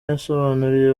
yasobanuriye